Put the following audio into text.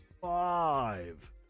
five